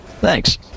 Thanks